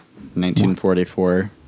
1944